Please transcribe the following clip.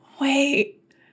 Wait